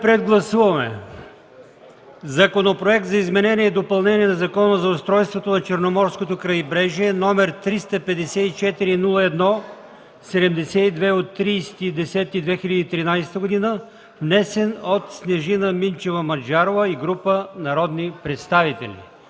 гласуваме Законопроект за изменение и допълнение на Закона за устройството на Черноморското крайбрежие, № 354-01-72 от 30 октомври 2013 г., внесен от Снежина Минчева Маджарова и група народни представители.